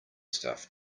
stuff